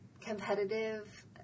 competitive